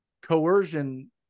coercion